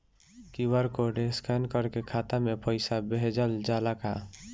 QR code scan करके खाता में पैसा भेजल जाला का?